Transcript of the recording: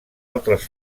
altres